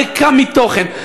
ריקה מתוכן,